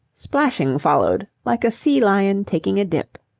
splashing followed like a sea-lion taking a dip.